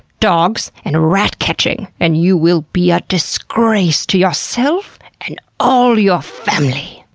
dogs, and rat-catching, and you will be a disgrace to yourself and all your family.